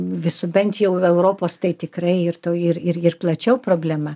visų bent jau europos tai tikrai ir to ir ir ir plačiau problema